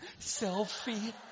selfie